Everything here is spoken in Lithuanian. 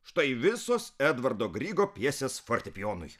štai visos edvardo grygo pjesės fortepijonui